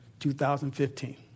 2015